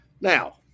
Now